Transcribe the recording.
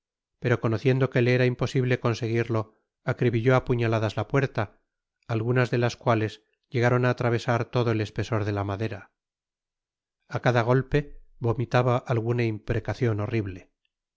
pero conociendo que le era imposible conseguirlo acribilló á puñaladas la puerta algunas de las cuales llegaron á atravesar todo el espesor de la madera a cada golpe vomitaba alguna imprecacion horrible